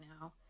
now